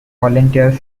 volunteers